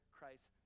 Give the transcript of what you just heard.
Christ